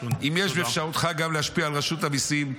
אם יש באפשרותך גם להשפיע על רשות המיסים,